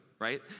right